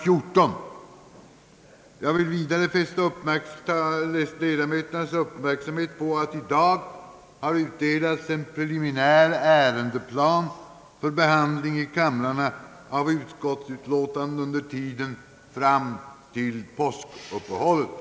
Jag får vidare fästa ledamöternas uppmärksamhet på att i dag har utdelats en preliminär ärendeplan för behandling i kamrarna av utskottsutlåtanden under tiden fram till påskuppehållet.